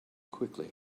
quickly